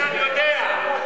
כן, אני יודע,